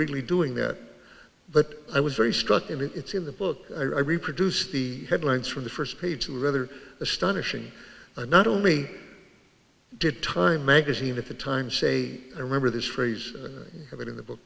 really doing that but i was very struck and it's in the book i reproduce the headlines from the first page of a rather astonishing not only did time magazine at the time say i remember this phrase of it in the book